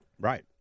Right